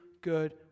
good